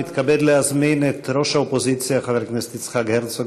ומתכבד להזמין את ראש האופוזיציה חבר הכנסת יצחק הרצוג.